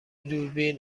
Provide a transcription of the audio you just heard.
دوربین